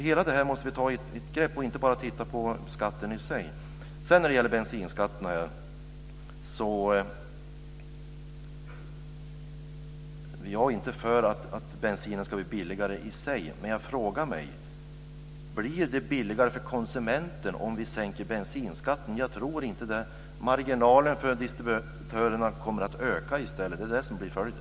Allt det här måste vi ta med ett grepp och inte bara titta på skatten i sig. När det sedan gäller bensinskatten är jag inte för att bensinen ska bli billigare i sig, men jag frågar mig om det blir billigare för konsumenten om vi sänker bensinskatten. Jag tror inte det. Marginalerna för distributörerna kommer att öka i stället. Det är det som blir följden.